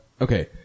Okay